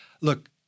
Look